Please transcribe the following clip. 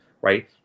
right